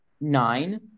nine